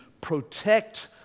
protect